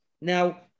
Now